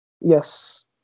Yes